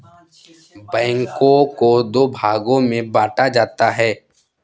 बैंकों को दो भागों मे बांटा जाता है